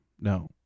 No